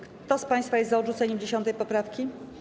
Kto z państwa jest za odrzuceniem 10. poprawki?